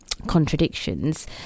Contradictions